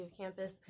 campus